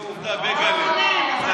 הינה עובדה, בייגלה.